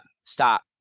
stop